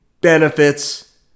benefits